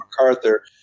MacArthur